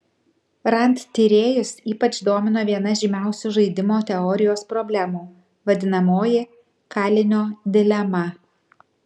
rand tyrėjus ypač domino viena žymiausių žaidimų teorijos problemų vadinamoji kalinio dilema